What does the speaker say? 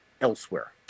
elsewhere